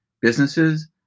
businesses